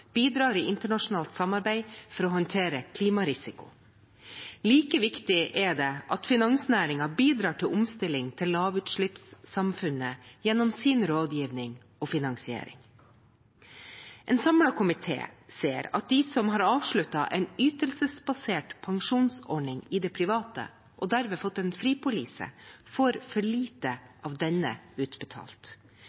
bidrar i internasjonalt samarbeid for å håndtere klimarisiko. Like viktig er det at finansnæringen bidrar til omstilling til lavutslippssamfunnet gjennom sin rådgivning og finansiering. En samlet komité ser at de som har avsluttet en ytelsesbasert pensjonsordning i det private, og derved fått en fripolise, får for lite